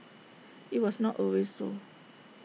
IT was not always so